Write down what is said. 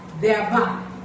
thereby